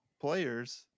players